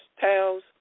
towels